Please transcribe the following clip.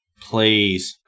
Please